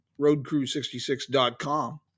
Roadcrew66.com